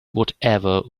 whatever